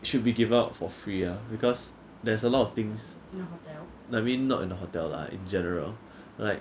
should be given out for free ah because there's a lot of things like I mean not in a hotel lah in general like